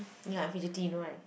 ya I fidgety you know right